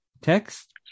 text